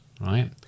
right